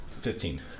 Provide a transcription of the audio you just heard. Fifteen